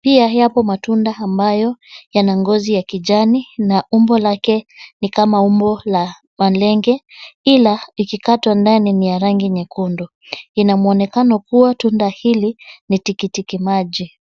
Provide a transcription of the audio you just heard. Pia yapo matunda ambayo yana ngozi ya kijani na umbo lake ni kama umbo la malenge ila ikikatwa ndani ni ya rangi nyekundu. Ina mwonekano kuwa tunda hili ni tikitiki maji.